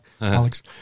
Alex